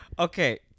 Okay